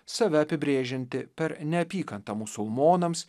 save apibrėžianti per neapykantą musulmonams